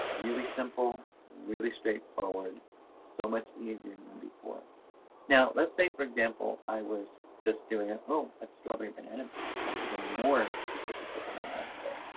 really simple really straightforward so much easier than before now, let's say for example, i was just doing it. oh, that's strawberry banana that's even more specific of what i had today.